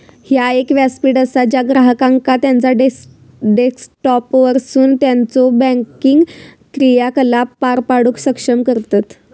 ह्या एक व्यासपीठ असा ज्या ग्राहकांका त्यांचा डेस्कटॉपवरसून त्यांचो बँकिंग क्रियाकलाप पार पाडूक सक्षम करतत